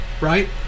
right